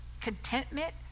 contentment